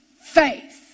Faith